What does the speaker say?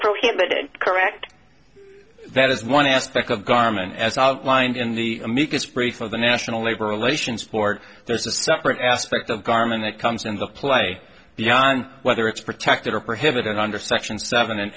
prohibited correct that is one aspect of garman as outlined in the amicus brief for the national labor relations board there's a separate aspect of garman that comes in the play beyond whether it's protected or perhaps even under section seven and